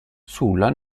sulla